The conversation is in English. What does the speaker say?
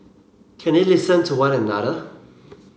can they listen to one another